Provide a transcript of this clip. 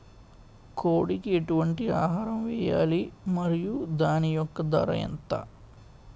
కోడి కి ఎటువంటి ఆహారం వేయాలి? మరియు దాని యెక్క ధర ఎంత?